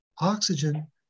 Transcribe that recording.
oxygen